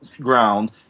ground